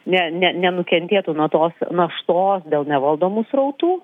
ne ne nenukentėtų nuo tos naštos dėl nevaldomų srautų